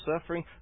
suffering